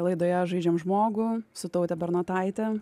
laidoje žaidžiam žmogų su taute bernotaite